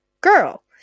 girl